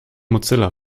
mozilla